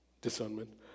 discernment